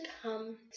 come